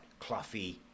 Cluffy